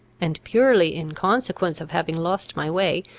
and purely in consequence of having lost my way,